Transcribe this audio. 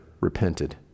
repented